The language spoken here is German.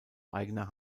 eigener